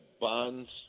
Bonds